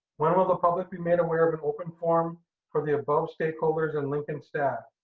when will the public be made aware of an open forum for the above stakeholders and lincoln staff?